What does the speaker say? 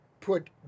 put